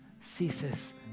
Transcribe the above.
ceases